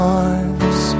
arms